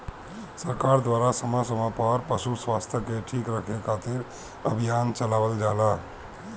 सरकार द्वारा समय समय पर पशु स्वास्थ्य के ठीक रखे खातिर अभियान चलावल जाला